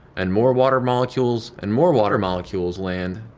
and more water molecules and more water molecules land,